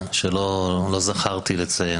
שלא זכרתי לציין.